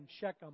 Shechem